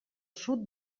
sud